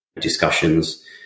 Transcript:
discussions